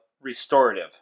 restorative